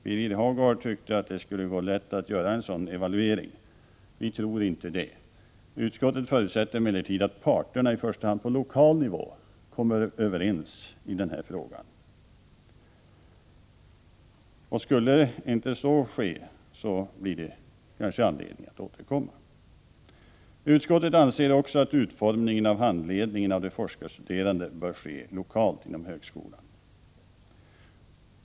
Birger Hagård tyckte att det skulle vara lätt att göra en sådan evaluering, men vi tror inte det. Utskottet förutsätter att parterna — i första hand på lokal nivå — kommer överens i denna fråga. Skulle inte så ske blir det kanske anledning att återkomma. Utskottet anser också att utformningen av handledningen av de forskarstuderande bör ske lokalt inom högskolan.